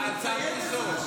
אני מציין את זה לשבח.